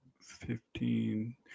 Fifteen